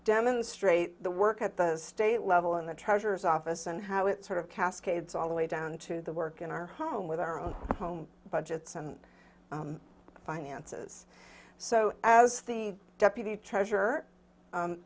demonstrate the work at the state level and the treasurer's office and how it sort of cascades all the way down to the work in our home with our own home budgets and finances so as the deputy treasure